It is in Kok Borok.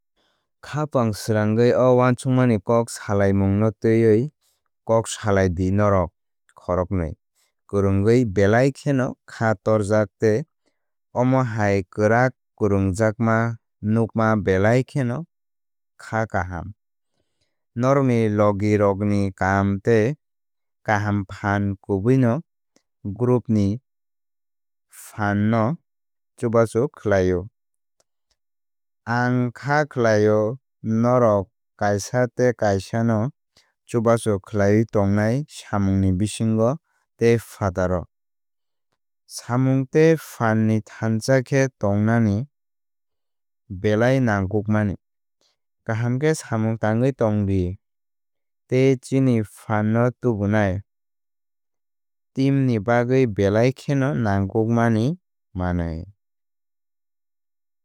Khapang srangwi o uansukmani kok salaimungno twiwi kok salai di norok khoroknwi kwrwngwi belai kheno khá torjak tei omo hai kwrak kwrwngjakma nukma belai kheno khá kaham. Norokni logi rokni kam tei kaham phan kubuino groupni phan no chubachu khlaio. Ang kha khlaio norok kaisa tei kasano chubachu khlaiwi tongnai samungni bisingo tei phataro. Samung tei phanni thansa khe tongnani belai nangkukmani. Kaham khe samung tangwi tongdi tei chini phanno tubunai. Team ni bagwi belai kheno nangkukmani manwi.